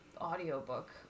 audiobook